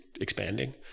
expanding